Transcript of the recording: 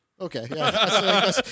Okay